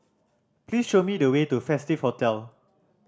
please show me the way to Festive Hotel